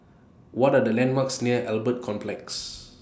What Are The landmarks near Albert Complex